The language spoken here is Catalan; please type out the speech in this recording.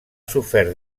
sofert